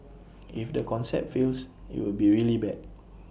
if the concept fails IT will be really bad